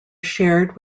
shared